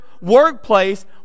workplace